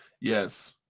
yes